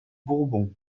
bourbons